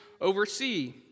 oversee